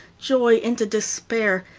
joy into despair,